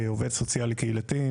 עובד סוציאלי קהילתי.